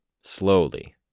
slowly